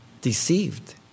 deceived